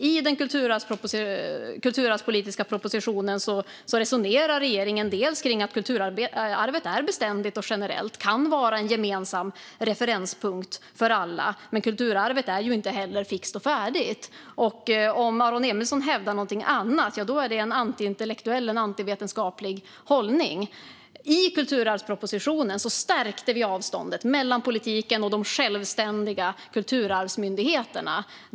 I den kulturarvspolitiska propositionen resonerar regeringen dels om att kulturarvet är beständigt och generellt och kan vara en gemensam referenspunkt för alla, dels om att kulturarvet inte är fixt och färdigt. Om Aron Emilsson hävdar något annat är det en antiintellektuell och antivetenskaplig hållning. I kulturarvspropositionen stärkte vi avståndet mellan politiken och de självständiga kulturarvsmyndigheterna.